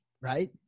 right